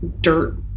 dirt